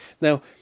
Now